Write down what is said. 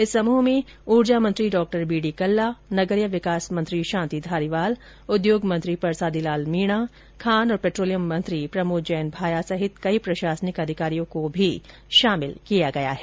इस समूह में ऊर्जा मंत्री डॉ बी डी कल्ला नगरीय विकास मंत्री शांति धारीवाल उद्योग मंत्री परसादी लाल मीणा खान और पेट्रोलियम मंत्री प्रमोद जैन भाया सहित कई प्रशासनिक अधिकारियों को भी शामिल किया गया है